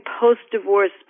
post-divorce